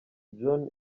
john